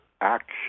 action